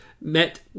Met